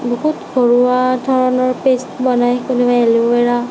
বহুত ঘৰুৱা ধৰণৰ পেষ্ট বনাই কোনোবাই এল'ভেৰা